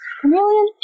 Chameleon